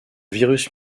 virus